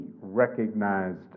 recognized